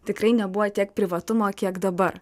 tikrai nebuvo tiek privatumo kiek dabar